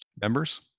members